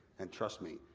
and trust me,